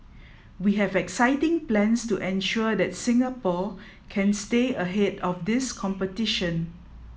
we have exciting plans to ensure that Singapore can stay ahead of this competition